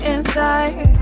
Inside